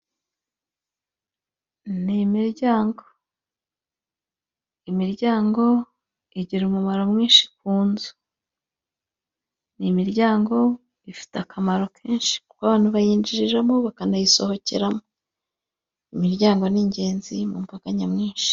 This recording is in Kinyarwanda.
N'imiryango imiryango! imiryango igira akamaro kenshi kunzu, imiryango ifite akamaro kenshi kuko abantu bayinjiriramo bakanayisohokeramo, imiryango n'ingenzi mumbaga nyamwishi.